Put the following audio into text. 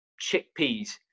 Chickpeas